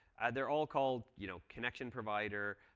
they're all called you know connection provider,